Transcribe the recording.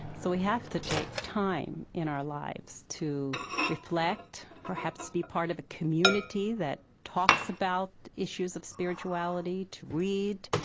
so we have to take time in our lives to reflect, perhaps be part of a community that talks about issues of spirituality, to read.